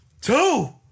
Two